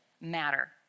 matter